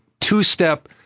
two-step